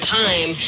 time